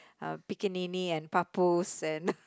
uh and pappus and